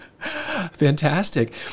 fantastic